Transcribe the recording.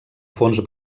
fons